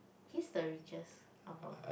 he's the richest of all